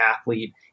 athlete